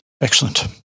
excellent